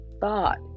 thought